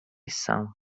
some